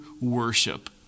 worship